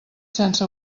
sense